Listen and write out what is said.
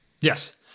Yes